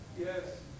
Yes